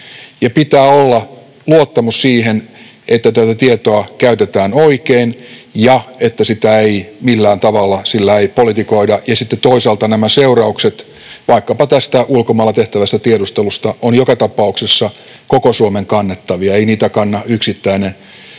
pitää olla luottamus siihen, että tätä tietoa käytetään oikein ja että sillä ei millään tavalla politikoida. Ja sitten toisaalta nämä seuraukset vaikkapa tästä ulkomailla tehtävästä tiedustelusta ovat joka tapauksessa koko Suomen kannettavia. Ei niitä kanna yksittäinen